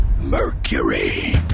Mercury